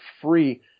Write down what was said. free